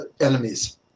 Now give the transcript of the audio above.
enemies